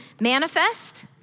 manifest